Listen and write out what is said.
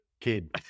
kid